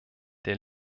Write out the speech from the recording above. der